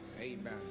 Amen